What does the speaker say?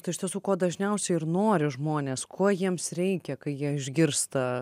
tai iš tiesų ko dažniausiai ir nori žmonės ko jiems reikia kai jie išgirsta